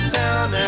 town